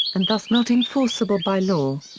and thus not enforceable by law.